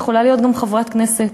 יכולה להיות גם חברת כנסת.